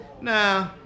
Nah